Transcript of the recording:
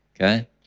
Okay